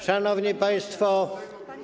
Szanowni Państwo!